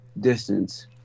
distance